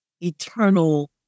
Eternal